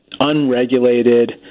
unregulated